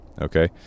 okay